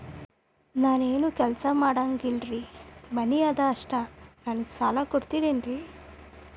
ನಾನು ಏನು ಕೆಲಸ ಮಾಡಂಗಿಲ್ರಿ ಮನಿ ಅದ ಅಷ್ಟ ನನಗೆ ಸಾಲ ಕೊಡ್ತಿರೇನ್ರಿ?